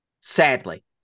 Sadly